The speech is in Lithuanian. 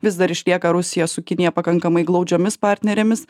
vis dar išlieka rusija su kinija pakankamai glaudžiomis partnerėmis